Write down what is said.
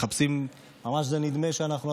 ממש נדמה שאנחנו,